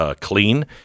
clean